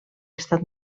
estat